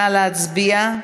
נא להצביע.